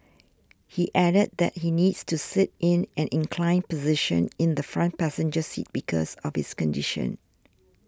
he added that he needs to sit in an inclined position in the front passenger seat because of his condition